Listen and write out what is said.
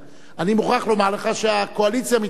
אני מוכרח לומר לך שהקואליציה מתנגדת.